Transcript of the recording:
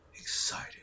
excited